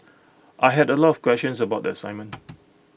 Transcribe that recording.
I had A lot of questions about the assignment